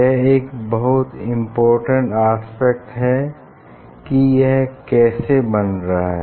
यह एक बहुत इम्पोर्टेन्ट आस्पेक्ट है कि यह कैसे बन रहा है